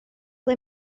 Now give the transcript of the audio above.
ble